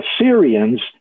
Assyrians